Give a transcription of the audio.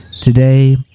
Today